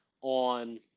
on